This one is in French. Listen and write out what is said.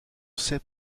sait